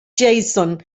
jason